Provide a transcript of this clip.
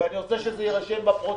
אני רוצה שזה יירשם בפרוטוקול.